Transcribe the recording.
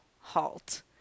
halt